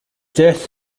death